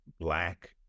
black